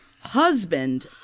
husband